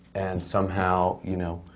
and somehow, you know,